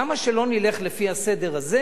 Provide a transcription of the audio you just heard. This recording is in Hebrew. למה שלא נלך לפי הסדר הזה?